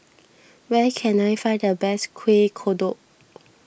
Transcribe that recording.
where can I find the best Kuih Kodok